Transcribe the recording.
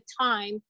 time